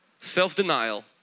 self-denial